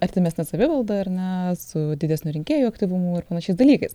artimesne savivalda ar ne su didesniu rinkėjų aktyvumu ir panašiais dalykais